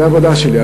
זו העבודה שלי.